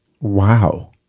wow